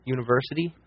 University